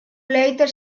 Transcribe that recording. later